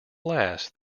last